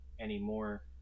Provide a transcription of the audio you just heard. anymore